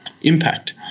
impact